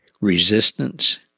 resistance